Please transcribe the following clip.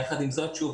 יחד עם זאת שוב,